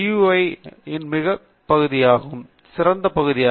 ஐ இன் மிகச்சிறந்த பகுதியாகும்